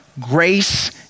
grace